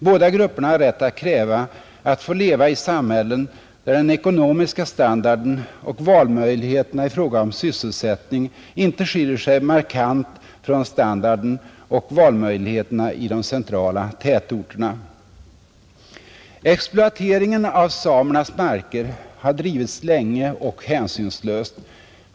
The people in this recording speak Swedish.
Båda grupperna har rätt att kräva att få leva i samhällen där den ekonomiska standarden och valmöjligheterna i fråga om sysselsättning inte skiljer sig markant från standarden och valmöjligheterna i de centrala tätorterna. Exploateringen av samernas marker har drivits länge och hänsynslöst.